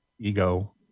ego